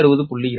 1 ப